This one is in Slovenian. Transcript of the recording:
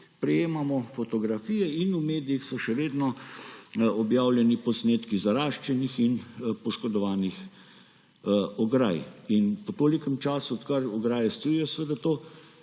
prejemamo fotografije in v medijih so še vedno objavljeni posnetki zaraščenih in poškodovanih ograj. In po tolikem času, odkar ograje stojijo, seveda to